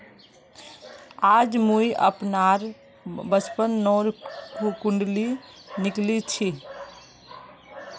आज मुई अपनार बचपनोर कुण्डली निकली छी